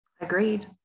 Agreed